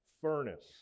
furnace